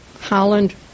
Holland